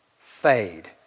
fade